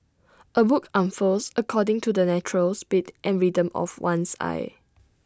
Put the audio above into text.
A book unfurls according to the natural speed and rhythm of one's eye